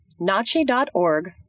nachi.org